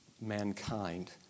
mankind